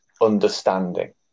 understanding